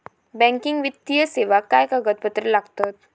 Banking वित्तीय सेवाक काय कागदपत्र लागतत?